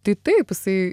tai taip jisai